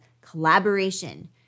collaboration